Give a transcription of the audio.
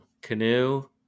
canoe